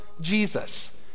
Jesus